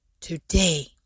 today